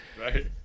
right